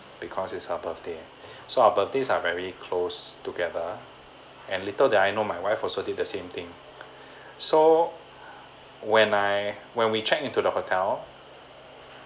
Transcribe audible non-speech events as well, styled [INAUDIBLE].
because it's her birthday [BREATH] so our birthdays are very close together and little that I know my wife also did the same thing [BREATH] so when I when we checked into the hotel